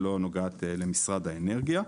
שלא נוגעת למשרד האנרגיה.